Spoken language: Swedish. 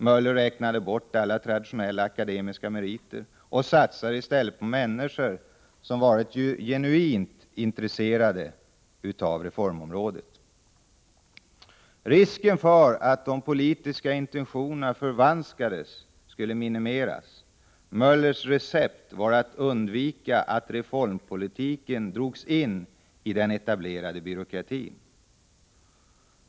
Möller räknade bort alla traditionella akademiska meriter och satsade i stället på människor som varit genuint intresserade av reformområdet. Risken för att de politiska intentionerna förvanskades skulle minimeras. Möllers recept var att undvika att reformpolitiken drogs in i den etablerade byråkratin.